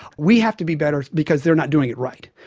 we have to be better because they are not doing it right.